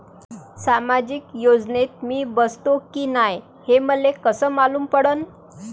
सामाजिक योजनेत मी बसतो की नाय हे मले कस मालूम पडन?